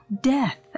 Death